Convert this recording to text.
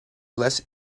less